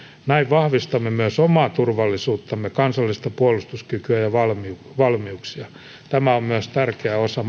näin vahvistamme myös omaa turvallisuuttamme kansallista puolustuskykyä ja valmiuksia tämä on myös tärkeä osa